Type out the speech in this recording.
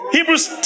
Hebrews